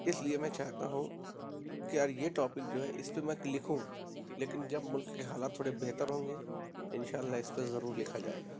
اس لیے میں چاہتا ہوں کہ یار یہ ٹاپک جو ہے اس پہ میں لکھوں لیکن جب ملک کے حالات تھوڑے بہتر ہوں گے ان شاء اللہ اس پہ ضرور لکھا جائے گا